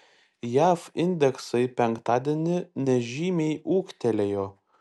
jav indeksai penktadienį nežymiai ūgtelėjo